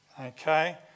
okay